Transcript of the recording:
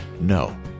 no